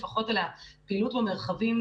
לפחות על הפעילות במרחבים